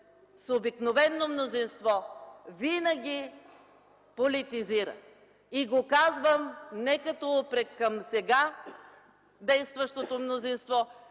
с обикновено мнозинство, винаги политизира. Казвам го не като упрек към сега действащото мнозинство,